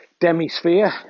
demi-sphere